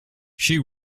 she